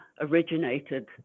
originated